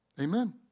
Amen